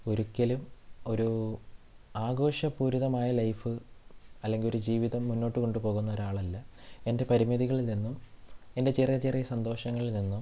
ഒരിക്കലും ഒരു ആഘോഷ പൂരിതമായ ലൈഫ് അല്ലെങ്കിൽ ഒരു ജീവിതം മുന്നോട്ട് കൊണ്ട് പോകുന്ന ഒരാളല്ല എൻ്റെ പരിമിതികളിൽ നിന്നും എൻ്റെ ചെറിയ ചെറിയ സന്തോഷങ്ങളിൽ നിന്നും